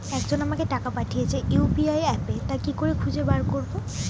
একজন আমাকে টাকা পাঠিয়েছে ইউ.পি.আই অ্যাপে তা কি করে খুঁজে বার করব?